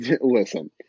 listen